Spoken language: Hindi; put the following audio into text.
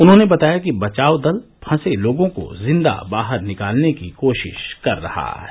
उन्होंने बताया कि बचाव दल फंसे लोगों को जिंदा बाहर निकालने की कोशिश कर रहा है